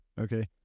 Okay